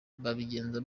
babigenza